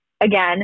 again